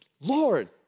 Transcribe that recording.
Lord